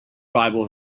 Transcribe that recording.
bible